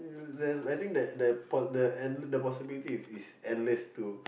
there's the I think that the the and possibilities is endless too